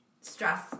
stress